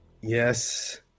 Yes